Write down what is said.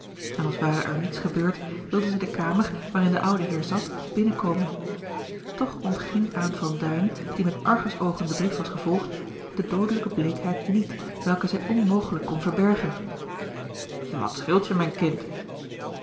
en als ware er niets gebeurd wilde zij de kamer waarin de oude heer zat binnen komen toch ontging aan van duin die met argusoogen den brief was gevolgd de doodelijke bleekheid niet welke zij onmogelijk kon verbergen wat scheelt je mijn kind